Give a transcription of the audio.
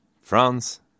France